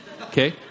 Okay